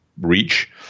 reach